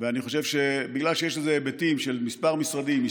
ואני חושב שבגלל שיש לזה היבטים של כמה משרדים,